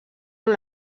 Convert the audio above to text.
amb